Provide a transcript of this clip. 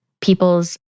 people's